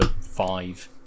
five